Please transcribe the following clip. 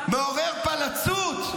מעורר פלצות,